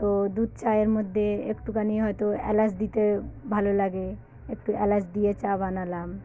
তো দুধ চায়ের মধ্যে একটুখানি হয়তো এলাচ দিতে ভালো লাগে একটু এলাচ দিয়ে চা বানালাম